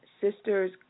sisters